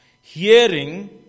hearing